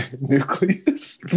Nucleus